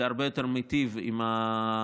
זה הרבה יותר מיטיב עם הרוכש.